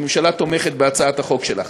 הממשלה תומכת בהצעת החוק שלך.